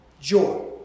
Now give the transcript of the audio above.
joy